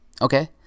Okay